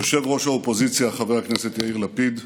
יושב-ראש האופוזיציה חבר הכנסת יאיר לפיד,